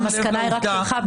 המסקנה רק שלך.